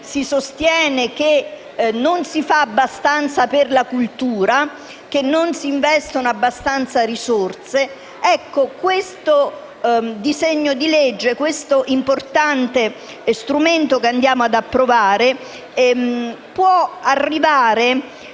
si sostiene che non si fa abbastanza per la cultura e che non si investono abbastanza risorse. Ecco, questo disegno di legge, questo importante strumento che andiamo ad approvare, può arrivare